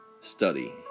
study